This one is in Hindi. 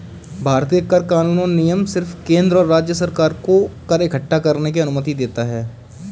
भारतीय कर कानून और नियम सिर्फ केंद्र और राज्य सरकार को कर इक्कठा करने की अनुमति देता है